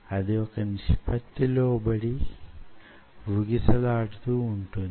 అది వొక నిష్పత్తి కి లోబడి వూగిస లాడుతూ వుంటుంది